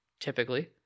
typically